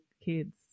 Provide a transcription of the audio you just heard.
kids